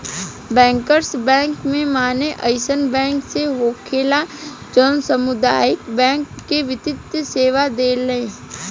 bankers bank के माने अइसन बैंक से होखेला जवन सामुदायिक बैंक के वित्तीय सेवा देला